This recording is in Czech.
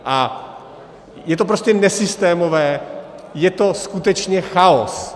A je to prostě nesystémové, je to skutečně chaos.